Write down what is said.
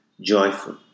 joyful